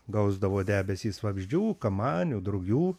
gausdavo debesys vabzdžių kamanių drugių